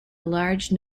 large